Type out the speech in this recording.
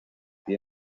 pie